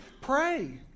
Pray